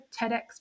TEDx